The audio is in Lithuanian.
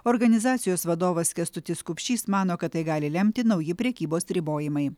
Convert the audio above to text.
organizacijos vadovas kęstutis kupšys mano kad tai gali lemti nauji prekybos ribojimai